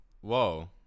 Whoa